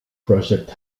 project